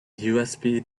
usb